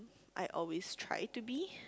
I always try to be